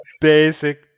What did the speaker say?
basic